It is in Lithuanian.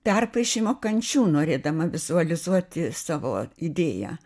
perpaišymo kančių norėdama vizualizuoti savo idėją